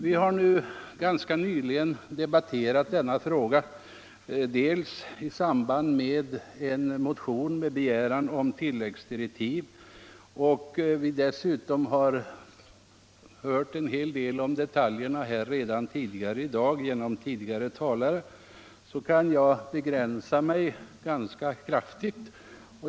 Vi har ganska nyligen debatterat denna fråga vid behandlingen av en motion med begäran om tilläggsdirektiv för utredningen. Dessutom har vi hört en hel del om detaljerna tidigare i dag i olika inlägg. Därför kan jag begränsa mig ganska kraftigt.